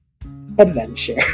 adventure